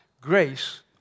grace